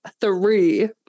three